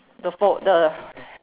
the fault the